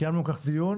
קיימנו על כך דיון